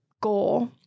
goal